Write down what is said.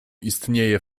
istnieje